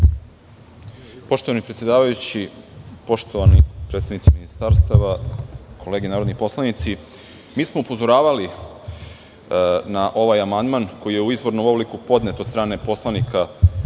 Poštovani predsedavajući, poštovani predstavnici ministarstava, kolege narodni poslanici, mi smo upozoravali na ovaj amandman koji je u izvornom obliku podnet od strane poslanika